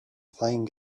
playing